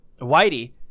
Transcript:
Whitey